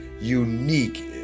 unique